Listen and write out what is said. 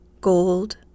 gold